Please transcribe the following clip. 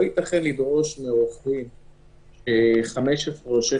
לא ייתכן לדרוש מעורך דין ש-15 או 16